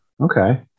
Okay